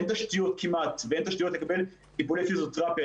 אין כמעט תשתיות לטיפולי פיזיותרפיה,